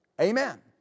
Amen